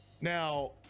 Now